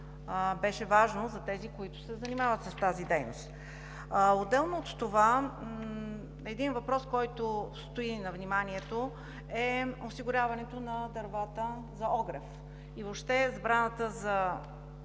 беше важен за тези, които се занимават с тази дейност. Отделно от това, един въпрос, който стои на вниманието, е осигуряването на дървата за огрев и въобще забраната за